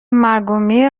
مرگومیر